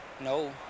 No